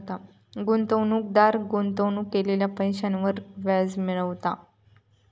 गुंतवणूकदार गुंतवणूक केलेल्या पैशांवर व्याज मिळवता